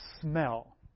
smell